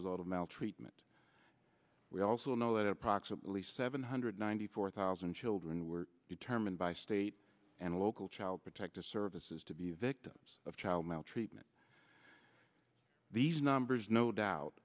result of maltreatment we also know that approximately seven hundred ninety four thousand children were determined by state and local child protective services to be victims of child maltreatment these numbers no doubt